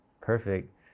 perfect